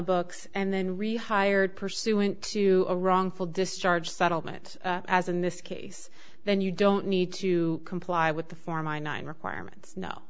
books and then rehired pursuant to a wrongful discharge settlement as in this case then you don't need to comply with the four my nine requirements no